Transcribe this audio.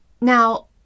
Now